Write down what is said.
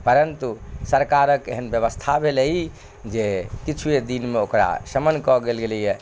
परन्तु सरकारक एहन व्यवस्था भेलै ई जे किछूए दिनमे ओकरा समान कऽ गेलैया